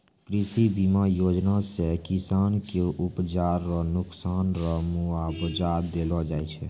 कृषि बीमा योजना से किसान के उपजा रो नुकसान रो मुआबजा देलो जाय छै